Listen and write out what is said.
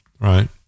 right